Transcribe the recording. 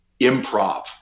improv